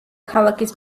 ქალაქის